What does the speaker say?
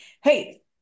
Hey